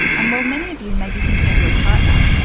and while many of you may be thinking of your partner,